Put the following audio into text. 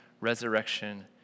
resurrection